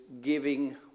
giving